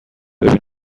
ببینم